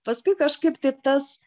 paskui kažkaip tai tas